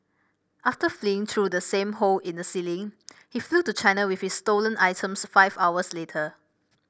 after fleeing through the same hole in the ceiling he flew to China with his stolen items five hours later